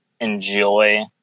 enjoy